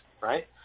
right